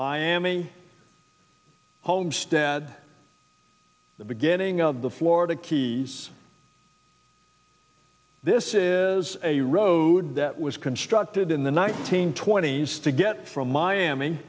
miami homestead the beginning of the florida keys this is a road that was constructed in the nineteenth twenty's to get from miami